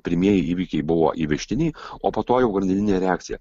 pirmieji įvykiai buvo įvežtiniai o po to jau grandininė reakcija